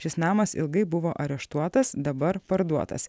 šis namas ilgai buvo areštuotas dabar parduotas